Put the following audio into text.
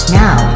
now